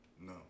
No